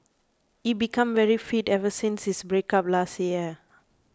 he became very fit ever since his breakup last year